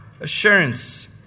assurance